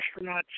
astronauts